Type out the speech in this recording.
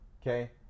Okay